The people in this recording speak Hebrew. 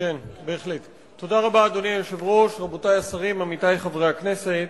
תודה רבה, רבותי השרים, עמיתי חברי הכנסת,